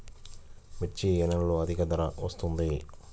మిర్చి ఏ నెలలో అధిక ధర వస్తుంది?